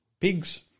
pigs